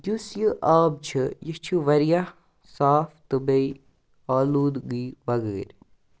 یُس یہِ آب چھُ یہِ چھُ واریاہ صاف تہٕ بیٚیہِ آلوٗدگی بغٲر